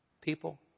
people